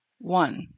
one